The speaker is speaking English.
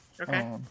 Okay